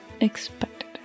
expected